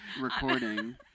recording